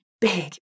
big